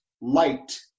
light